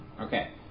Okay